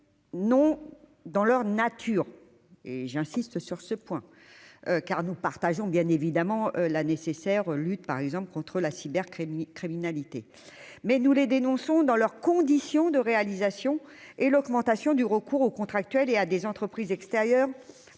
non dans leur nature et j'insiste sur ce point car nous partageons bien évidemment, la nécessaire lutte par exemple contre la cyber Crime criminalité mais nous les dénonçons dans leurs conditions de réalisation et l'augmentation du recours aux contractuels et à des entreprises extérieures